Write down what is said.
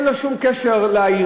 אין לו שום קשר לעירייה,